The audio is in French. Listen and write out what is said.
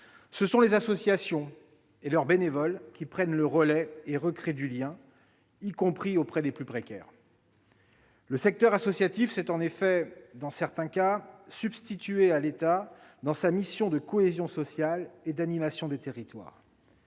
ce sont les associations et leurs bénévoles qui prennent le relais et recréent du lien, y compris auprès des plus précaires. Le secteur associatif s'est en effet, dans certains cas, substitué à l'État dans sa mission de cohésion sociale et d'animation des territoires.